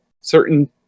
certain